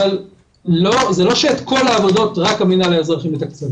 אבל זה לא שאת כל העבודות רק המנהל האזרחי מתקציב,